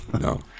no